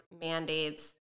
mandates